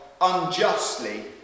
unjustly